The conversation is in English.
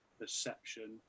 perception